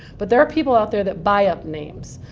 but there are people out there that buy up names.